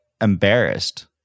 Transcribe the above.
embarrassed